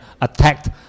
attacked